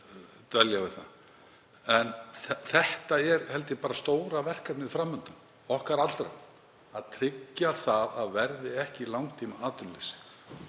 dvelja við það. En þetta er, held ég, bara stóra verkefnið fram undan, okkar allra, að tryggja að ekki verði langtímaatvinnuleysi.